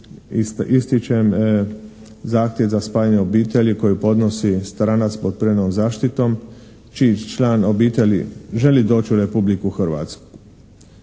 ističem zahtjev za spajanje obitelji koji podnosi stranac pod privremenom zaštitom čiji član obitelji želi doći u Republiku Hrvatsku.